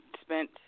spent